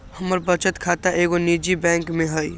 हमर बचत खता एगो निजी बैंक में हइ